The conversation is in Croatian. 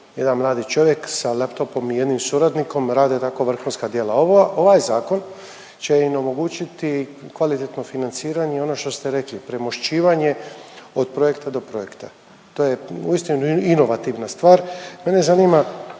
Jedan mladi čovjek sa laptopom i jednim suradnikom rade tako vrhunska djela. Ova, ovaj zakon će im omogućiti kvalitetno financiranje ono što ste rekli. Premošćivanje od projekta do projekta. To je uistinu inovativna stvar. Mene zanima